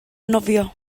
nofio